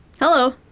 Hello